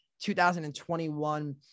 2021